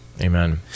Amen